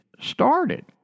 started